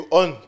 on